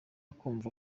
kumva